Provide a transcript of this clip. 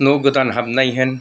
न' गोदान हाबनाय होन